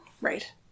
Right